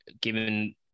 given